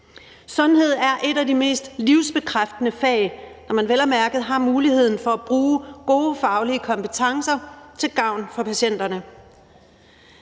Sundhed er et af de mest livsbekræftende fag, når man vel at mærke har muligheden for at bruge gode faglige kompetencer til gavn for patienterne.